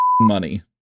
money